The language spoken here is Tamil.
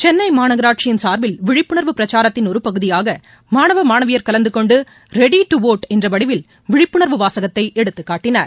சென்னை மாநகராட்சியின் சார்பில் விழிப்புணர்வு பிரச்சாரத்தின் ஒரு பகுதியாக மாணவ மாணவியர் கலந்தகொண்டு ரெடி டு வோட் என்ற வடிவில் விழிப்புணர்வு வாசகத்தை எடுத்துக்காட்டினர்